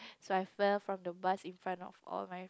so I fell from the bus in front of all my